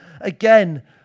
Again